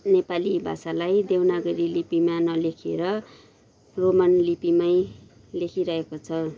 नेपाली भाषालाई देवनागरी लिपिमा नलेखेर रोमन लिपिमै लेखिरहेको छ